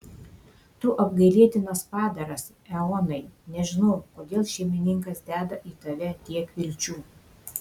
tu apgailėtinas padaras eonai nežinau kodėl šeimininkas deda į tave tiek vilčių